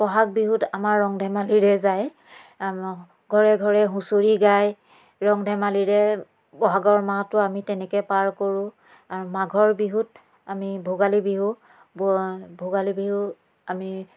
বহাগ বিহুত আমাৰ ৰং ধেমালিৰে যায় ঘৰে ঘৰে হুঁচৰি গায় ৰং ধেমালিৰে বহাগৰ মাহটো আমি তেনেকৈ পাৰ কৰোঁ আৰু মাঘৰ বিহুত আমি ভোগালী বিহু ভোগালী বিহু আমি